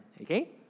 Okay